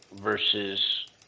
versus